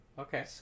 Okay